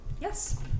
yes